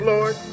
Lord